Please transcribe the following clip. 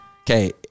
okay